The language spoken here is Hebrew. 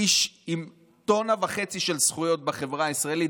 איש עם טונה וחצי של זכויות בחברה הישראלית,